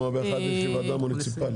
כי באחת יש לי ועדה מוניציפלית.